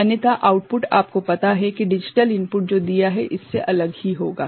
अन्यथा आउटपुट आपको पता है कि डिजिटल इनपुट जो दिया है इससे अलग ही होगा